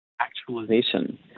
actualization